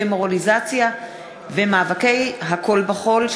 דמורליזציה ומאבקי הכול בכול.